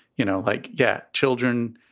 you know, like, yeah. children.